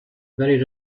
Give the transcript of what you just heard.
very